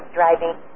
driving